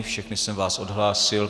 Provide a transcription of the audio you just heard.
Všechny jsem vás odhlásil.